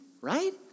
right